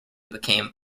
became